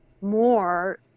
more